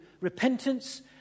repentance